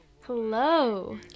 Hello